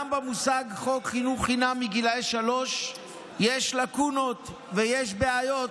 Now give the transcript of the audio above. גם במושג חוק חינוך חינם מגיל שלוש יש לקונות ויש בעיות.